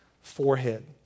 forehead